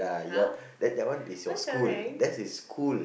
!huh! what's your rank